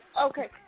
Okay